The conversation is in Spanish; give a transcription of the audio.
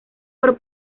por